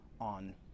on